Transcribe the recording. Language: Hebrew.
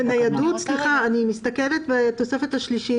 אני מסתכלת בתוספת השלישית,